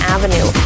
Avenue